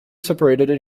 separately